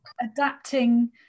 adapting